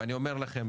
ואני אומר לכם,